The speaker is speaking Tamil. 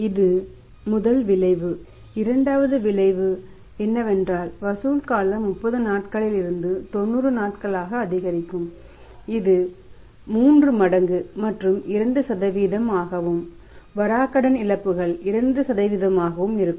இது முதல் விளைவு இங்கே இரண்டாவது விளைவு என்னவென்றால் வசூல் காலம் 30 நாட்களில் இருந்து 90 நாட்களாக அதிகரிக்கும் இது 3 மடங்கு மற்றும் 2 ஆகவும் வராக்கடன் இழப்புகள் 2 ஆகவும் இருக்கும்